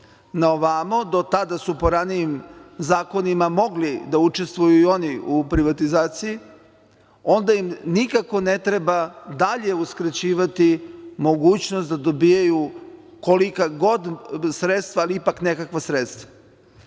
na ovamo. Do tada su po ranijim zakonima mogli da učestvuju i oni u privatizaciji onda im nikako ne treba dalje uskraćivati mogućnost da dobijaju kolika god sredstva, ali ipak nekakva sredstva. Tako